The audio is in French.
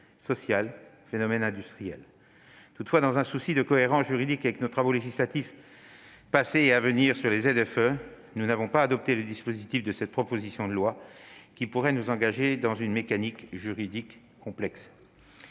social et industriel. Toutefois, dans un souci de cohérence juridique avec nos travaux législatifs passés et à venir sur les ZFE, nous n'avons pas adopté le dispositif prévu dans cette proposition de loi, car il pourrait nous engager dans une mécanique juridique complexe.